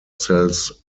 sells